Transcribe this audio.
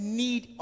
need